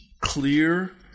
clear